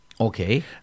Okay